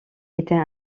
était